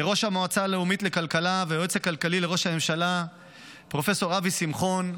לראש המועצה הלאומית לכלכלה והיועץ הכלכלי לראש הממשלה פרופ' אבי שמחון,